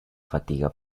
fatiga